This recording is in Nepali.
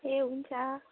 ए हुन्छ